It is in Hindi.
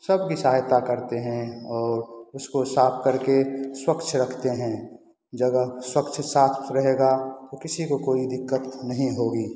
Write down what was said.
सबकी सहायता करते हैं और उसको साफ करके स्वच्छ रखते हैं जगह स्वच्छ साफ रहेगा तो किसी को दिक्कत नहीं होगी